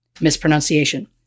mispronunciation